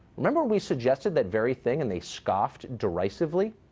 remember we suggested that very thing and they scoffed derisively?